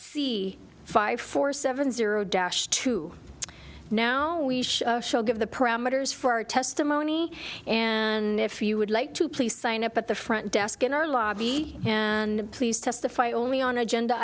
c five four seven zero dash two now we shall give the parameters for our testimony and if you would like to please sign up at the front desk in our lobby and please testify only on the agenda